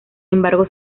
embargo